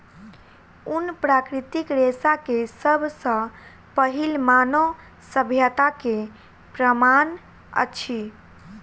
ऊन प्राकृतिक रेशा के सब सॅ पहिल मानव सभ्यता के प्रमाण अछि